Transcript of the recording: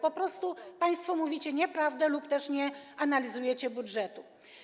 Po prostu państwo mówicie nieprawdę lub też nie analizujecie budżetu.